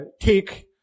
take